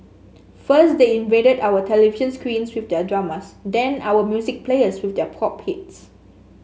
first they invaded our television screens with their dramas then our music players with their pop hits